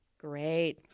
Great